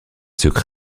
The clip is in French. secrets